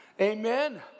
Amen